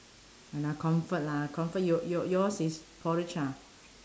!hanna! comfort lah comfort your your yours is porridge ah